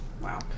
Wow